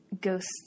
ghost